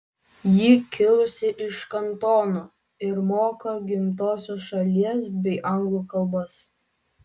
ji kilusi iš kantono ir moka gimtosios šalies bei anglų kalbas